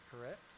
correct